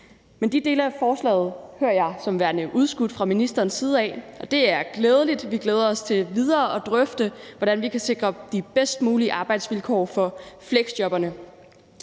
Men de dele af forslaget hører jeg som værende udskudt fra ministerens side, og det er glædeligt. Vi glæder os til videre at drøfte, hvordan vi kan sikre de bedst mulige vilkår for fleksjobberne.